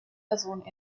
personen